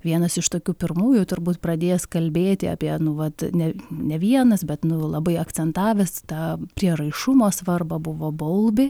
vienas iš tokių pirmųjų turbūt pradėjęs kalbėti apie nu vat ne ne vienas bet nu labai akcentavęs tą prieraišumo svarbą buvo baulbė